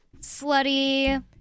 slutty